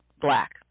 black